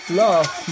love